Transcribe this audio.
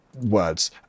Words